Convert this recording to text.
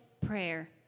prayer